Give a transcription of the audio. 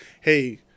hey